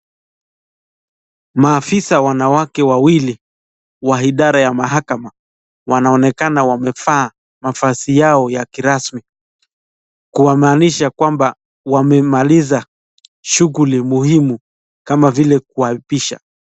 Maafisa wanawake wawili wa idara ya mahakama wanaonekana wamevaa mavazi yao ya kirasmi. Kumaanisha kwamba wamemaliza shughuli muhimu kama vile kuapisha.